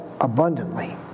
abundantly